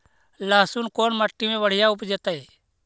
लहसुन कोन मट्टी मे बढ़िया उपजतै?